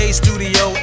studio